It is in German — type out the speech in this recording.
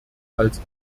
als